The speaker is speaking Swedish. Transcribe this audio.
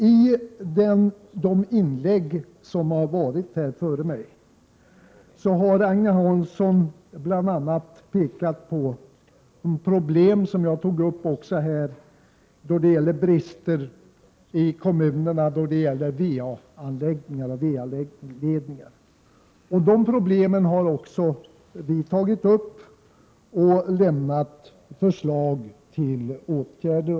I tidigare inlägg i dag, bl.a. i Agne Hanssons, har det pekats på brister i kommunerna då det gäller VA-anläggningar och VA-ledningar. Också vpk har tagit upp dessa problem. Vi har också lagt fram förslag till åtgärder.